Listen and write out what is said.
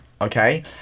okay